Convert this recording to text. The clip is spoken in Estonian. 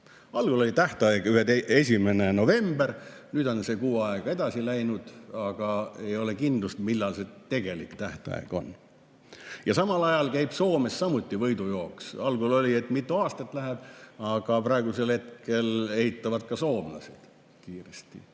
Algul oli tähtaeg 1. november, nüüd on see kuu aega edasi lükkunud, aga ei ole kindlust, millal see tegelik tähtaeg on. Samal ajal käib Soomes samuti võidujooks. Algul oli, et mitu aastat läheb, aga praegusel hetkel ehitavad ka soomlased kiiresti.